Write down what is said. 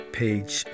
page